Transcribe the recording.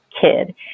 kid